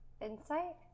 insight